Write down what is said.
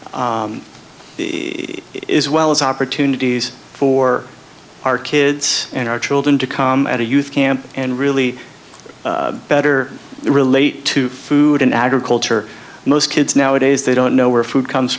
is well as opportunities for our kids and our children to come at a youth camp and really better relate to food in agriculture most kids nowadays they don't know where food comes